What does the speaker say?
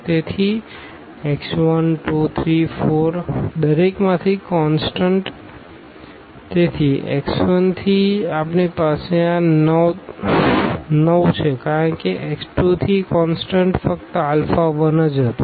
તેથી x 1 x 2 x 3 x 4 દરેકમાંથી constant તેથી x 1 થી આપણી પાસે આ 9 છે કારણ કે x 2 થી કોનસ્ટન્ટ ફક્ત આલ્ફા 1 જ હતું